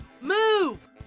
Move